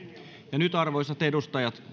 ja nyt arvoisat edustajat